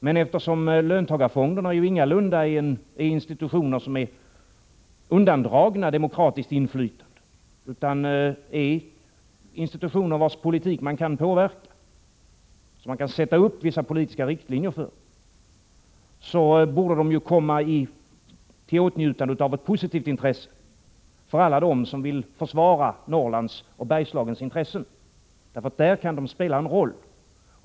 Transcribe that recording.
Men löntagarfonderna är ju ingalunda undandragna demokratiskt inflytande, utan de är institutioner vilkas politik man kan påverka, institutioner som man kan sätta upp vissa politiska riktlinjer för. Därför borde de komma i åtnjutande av positiv uppmärksamhet hos alla dem som vill försvara Norrlands och Bergslagens intressen. Där kan de spela en roll.